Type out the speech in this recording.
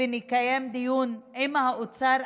ונקיים דיון עם האוצר.